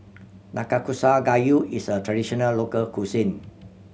Nanakusa Gayu is a traditional local cuisine